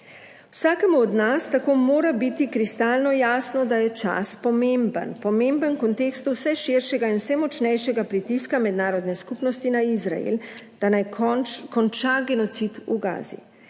Vsakemu od nas tako mora biti kristalno jasno, da je čas pomemben, pomemben v kontekstu vse širšega in vse močnejšega pritiska mednarodne skupnosti na Izrael, da naj konča genocid v Gazi.